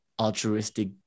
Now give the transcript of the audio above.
altruistic